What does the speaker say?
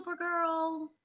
Supergirl